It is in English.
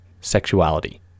sexuality